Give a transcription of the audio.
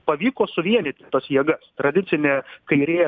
pavyko suvienyti tas jėgas tradicinė kairė